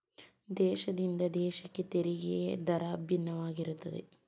ದೇಶದಿಂದ ದೇಶಕ್ಕೆ ತೆರಿಗೆ ದರ ಭಿನ್ನವಾಗಿರುತ್ತದೆ